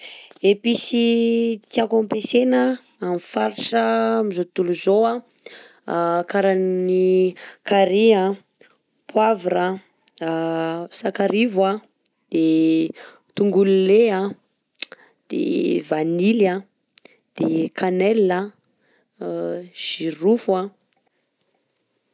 Épices tiako ampesena amin'ny faritra amin'ny zao tontolo zao a: karan'ny carry, poavra, sakarivo, de tongolo lay, de vanille, de cannelle, jirofo.